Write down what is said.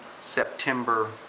September